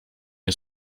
nie